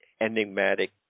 enigmatic